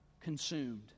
consumed